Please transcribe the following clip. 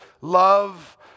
love